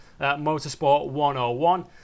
motorsport101